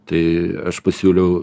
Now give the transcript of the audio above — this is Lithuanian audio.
tai aš pasiūliau